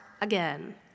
again